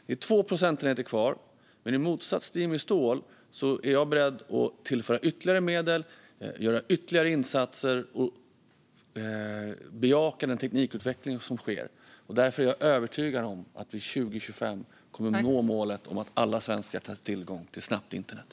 Det är 2 procent kvar, men i motsats till Jimmy Ståhl är jag beredd att tillföra ytterligare medel, göra ytterligare insatser och bejaka den teknikutveckling som sker. Därför är jag övertygad om att vi 2025 kommer att nå målet om att alla svenskar ska ha tillgång till snabbt internet.